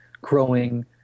growing